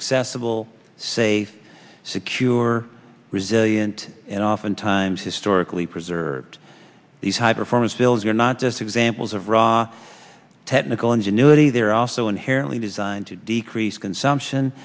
accessible safe secure resilient and often times historically preserved these high performance builds are not just examples of raw technical ingenuity they're also inherently designed to decrease consumption